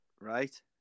Right